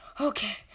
okay